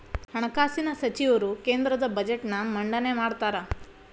ಹಣಕಾಸಿನ ಸಚಿವರು ಕೇಂದ್ರದ ಬಜೆಟ್ನ್ ಮಂಡನೆ ಮಾಡ್ತಾರಾ